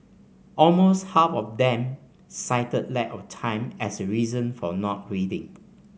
almost half of them cited lack of time as a reason for not reading